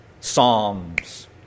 psalms